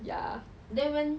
ya